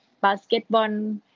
basketball